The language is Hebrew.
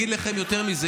איפה העתיד שלנו?